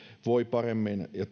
voivat paremmin ja